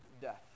death